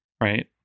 right